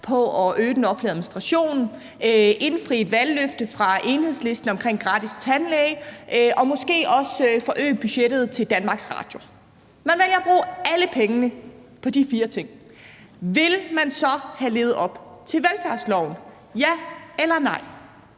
på at øge den offentlige administration, indfri et valgløfte fra Enhedslisten om gratis tandlæge og måske også på at forøge budgettet til Danmarks Radio. Lad os sige, at man vælger at bruge alle pengene på de fire ting. Så vil jeg bare høre: Vil man så have levet op til velfærdsloven – ja eller nej?